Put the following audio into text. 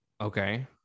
okay